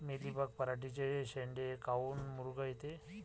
Mealybug पराटीचे चे शेंडे काऊन मुरगळते?